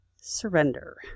surrender